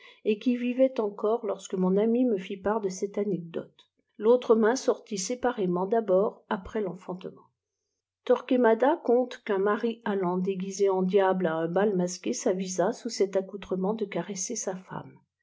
et qui vivait encore lorsque mon ami me fit part de cette anecdote l'autre main sortit séparément d'abord après l'enfantement torquemada conte qu'un mari allant dé uié en diable à un bal masqué s'avisa sous cet accoutrement de caresser sa femme